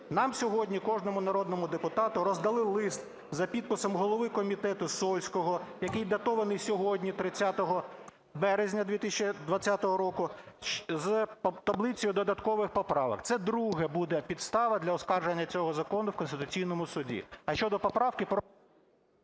Нам сьогодні, кожному народному депутату, роздали лист за підписом голови комітету Сольського, який датований сьогодні, 30 березня 2020 року, з таблицею додаткових поправок. Це друга буде підстава для оскарження цього закону в Конституційному Суді. А щодо поправки…